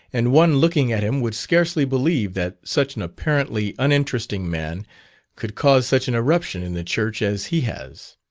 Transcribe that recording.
and one looking at him would scarcely believe that such an apparently uninteresting man could cause such an eruption in the church as he has.